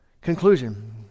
Conclusion